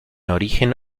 origen